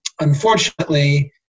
Unfortunately